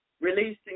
releasing